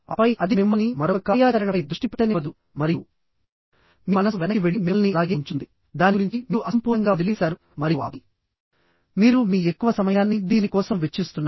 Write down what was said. ఆపై అది మిమ్మల్ని మరొక కార్యాచరణపై దృష్టి పెట్టనివ్వదు మరియు మీ మనస్సు వెనక్కి వెళ్లి మిమ్మల్ని అలాగే ఉంచుతుంది దాని గురించి మీరు అసంపూర్ణంగా వదిలివేసారు మరియు ఆపై మీరు మీ ఎక్కువ సమయాన్ని దీని కోసం వెచ్చిస్తున్నారు